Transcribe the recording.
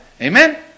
Amen